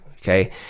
okay